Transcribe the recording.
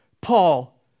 Paul